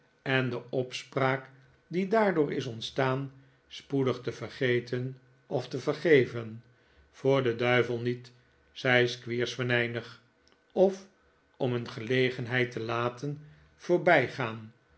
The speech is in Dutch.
en de opspraak die daardoor is ontstaan spoedig te vergeten of te vergeven voor den duivel niet zei squeers venijnig of om een gelegenheid te laten voorbijgaan